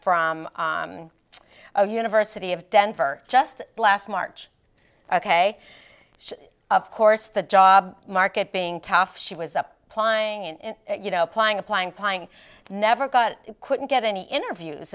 the university of denver just last march ok of course the job market being tough she was up plying in you know applying applying plying never got couldn't get any interviews